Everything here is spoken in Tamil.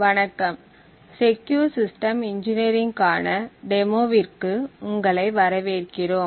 வணக்கம் செக்கியூர் சிஸ்டம் இன்ஜினியரிங்க்கான டெமோவிற்கு உங்களை வரவேற்கிறோம்